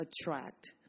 attract